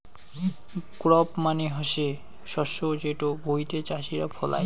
crop মানে হসে শস্য যেটো ভুঁইতে চাষীরা ফলাই